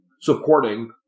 supporting